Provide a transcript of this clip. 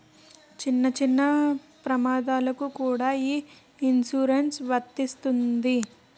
చిన్న చిన్న ప్రమాదాలకు కూడా ఈ ఇన్సురెన్సు వర్తిస్తుంది